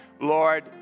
Lord